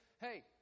hey